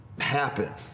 happen